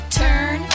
turn